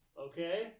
Okay